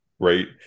Right